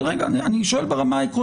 אבל אני שואל את הממשלה ברמה העקרונית.